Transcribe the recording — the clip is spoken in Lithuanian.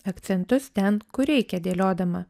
akcentus ten kur reikia dėliodama